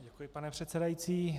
Děkuji, pane předsedající.